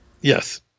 Yes